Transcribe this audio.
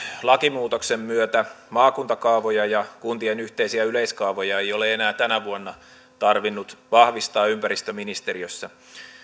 lakimuutoksen myötä maakuntakaavoja ja kuntien yhteisiä yleiskaavoja ei ole enää tänä vuonna tarvinnut vahvistaa ympäristöministeriössä